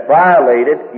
violated